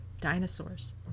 Dinosaurs